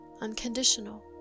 unconditional